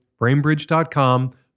Framebridge.com